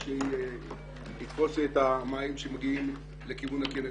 שיתפוס את המים שמגיעים לכיוון הכינרת.